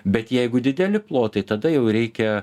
bet jeigu dideli plotai tada jau reikia